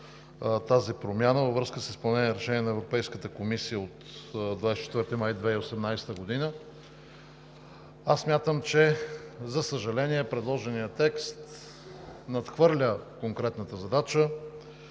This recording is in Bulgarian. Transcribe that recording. тази промяна във връзка с изпълнение решението на Европейската комисия от 24 май 2018 г., смятам, че, за съжаление, предложеният текст надхвърля конкретната задача